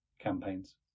campaigns